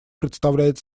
представляет